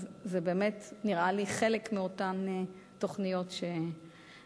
אז זה באמת נראה לי חלק מאותן תוכניות שנעשות.